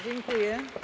Dziękuję.